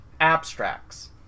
abstracts